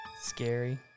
Scary